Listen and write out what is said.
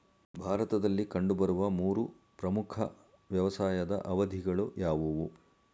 ಭಾರತದಲ್ಲಿ ಕಂಡುಬರುವ ಮೂರು ಪ್ರಮುಖ ವ್ಯವಸಾಯದ ಅವಧಿಗಳು ಯಾವುವು?